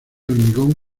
hormigón